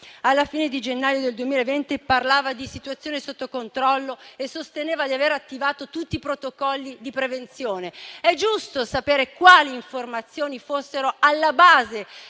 alla fine di gennaio 2020 parlava di situazione sotto controllo e sosteneva di aver attivato tutti i protocolli di prevenzione? È giusto sapere quali informazioni fossero alla base